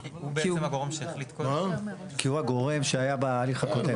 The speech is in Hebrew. כי הוא --- כי הוא הגורם שהיה בהליך הקודם.